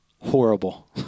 horrible